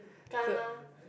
ka